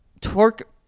Torque